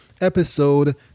Episode